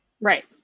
Right